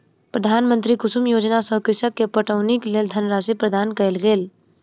प्रधानमंत्री कुसुम योजना सॅ कृषक के पटौनीक लेल धनराशि प्रदान कयल गेल